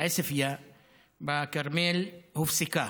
עוספיא בכרמל הופסקה.